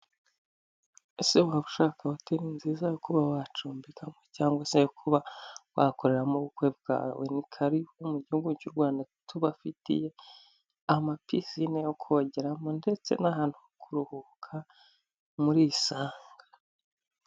Ese waba ushaka hoteli nziza yo kuba wacumbikamo cyangwa se kuba wakorera mo ubukwe bwawe nikaribu mu gihugu cy'u rrwanda tubafitiye ama pisine yo kogeramo ndetse n'ahantu ho kuruhuka murisanga.